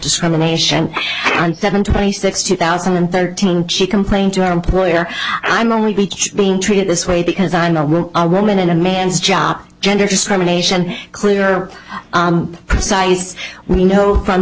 discrimination and seven twenty six two thousand and thirteen she complained to her employer i'm only be being treated this way because i'm a woman in a man's job gender discrimination clear concise we know from